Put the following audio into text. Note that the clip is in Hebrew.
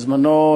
בזמנו,